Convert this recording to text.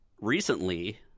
recently